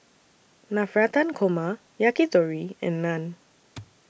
Navratan Korma Yakitori and Naan